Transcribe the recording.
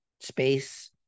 space